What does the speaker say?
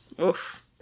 Oof